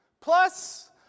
plus